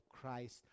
Christ